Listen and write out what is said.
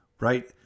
right